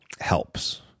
helps